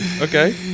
Okay